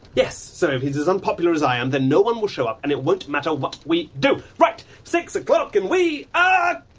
yes, so if he's as unpopular as i am then no-one will show up and it won't matter what we do. right, six o'clock and we are.